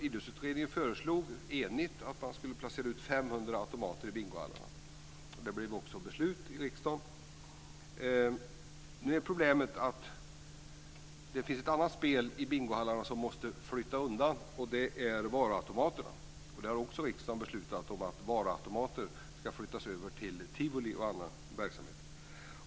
Idrottsutredningen föreslog enigt att man skulle placera ut 500 automater i bingohallar. Det blev också beslutat i riksdagen. Nu är problemet att det finns ett annat spel i bingohallarna som måste flyttas undan, och det är varuautomaterna. Där har också riksdagen beslutat om varuautomater ska flyttas över till tivoli och annan verksamhet.